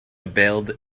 build